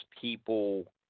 people